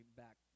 back